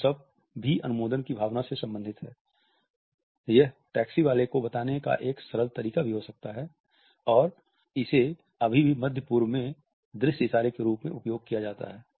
thumbs up भी अनुमोदन की भावना से संबंधित है यह टैक्सी वाले को बताने का एक सरल तरीका भी हो सकता है और इसे अभी भी मध्य पूर्व में दृश्य इशारे के रूप में उपयोग किया जाता है